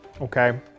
okay